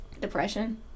depression